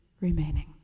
remaining